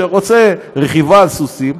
שרוצה רכיבה על סוסים,